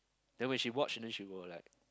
then when she watched then she will like